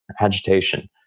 agitation